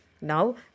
Now